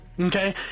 Okay